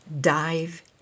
dive